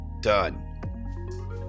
Done